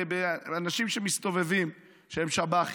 באנשים שמסתובבים שהם שב"חים,